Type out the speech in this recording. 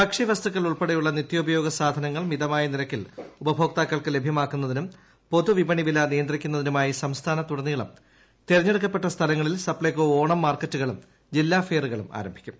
ഭക്ഷ്യവസ്തുക്കൾഉൾപ്പെട്ടെയുള്ള നിത്യോപയോഗസാധനങ്ങൾ മിതമായി നിരക്കിൽ ഉപഭോക്താക്കൾക്ക്ലഭ്യമാക്കുന്നതിനുട് പൊതുവിപണിവില നിയന്ത്രിക്കുന്നതിനുമായിസംസ്ഥാനത്തുടനീളംതിരഞ്ഞെടുക്കപ്പെട്ട സ്ഥലങ്ങളിൽ സപ്നൈകോ പ്രസ ഓണംമാർക്കറ്റുകളുംജില്ലാഫെയറുകളുംആരംഭിക്കുന്നത്